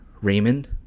Raymond